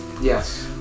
yes